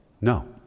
no